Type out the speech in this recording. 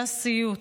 היה סיוט,